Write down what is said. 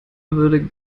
würde